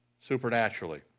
supernaturally